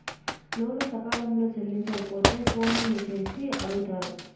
లోను సకాలంలో చెల్లించకపోతే ఫోన్ చేసి అడుగుతారు